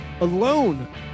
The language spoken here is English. alone